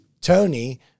Tony